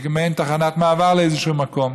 וזאת מעין תחנת מעבר לאיזשהו מקום,